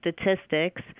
statistics